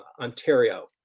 Ontario